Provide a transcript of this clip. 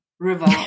River